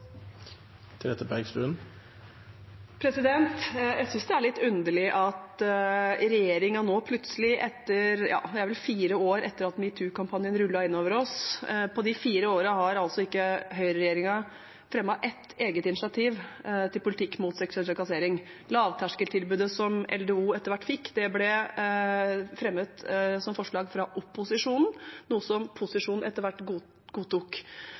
litt underlig. Det er vel fire år siden metoo-kampanjen rullet inn over oss, og på de fire årene har ikke høyreregjeringen fremmet ett eget initiativ til politikk mot seksuell trakassering. Lavterskeltilbudet som LDO etter hvert fikk, ble fremmet som forslag fra opposisjonen, noe som posisjonen etter hvert godtok.